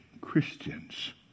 christians